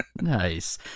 Nice